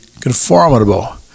conformable